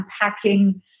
unpacking